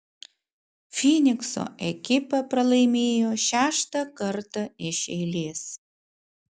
fynikso ekipa pralaimėjo šeštą kartą iš eilės